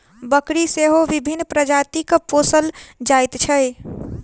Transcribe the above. बकरी सेहो विभिन्न प्रजातिक पोसल जाइत छै